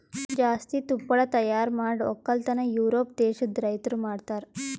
ಜಾಸ್ತಿ ತುಪ್ಪಳ ತೈಯಾರ್ ಮಾಡ್ ಒಕ್ಕಲತನ ಯೂರೋಪ್ ದೇಶದ್ ರೈತುರ್ ಮಾಡ್ತಾರ